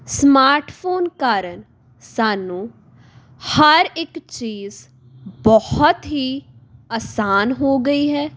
smartphone ਕਾਰਣ ਸਾਨੂੰ ਹਰ ਇੱਕ ਚੀਜ਼ ਬਹੁਤ ਹੀ ਅਸਾਨ ਹੋ ਗਈ ਹੈ